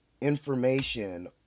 information